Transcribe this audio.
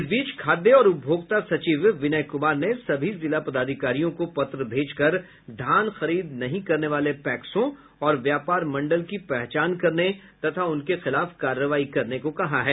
इस बीच खाद्य और उपभोक्ता सचिव विनय कुमार ने सभी जिला पदाधिकारियों को पत्र भेजकर धान खरीद नहीं करने वाले पैक्सों और व्यापार मंडल की पहचान करने तथा उनके खिलाफ कार्रवाई करने को कहा है